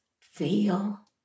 feel